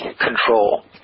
control